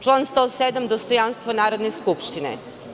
Član 107, dostojanstvo Narodne skupštine.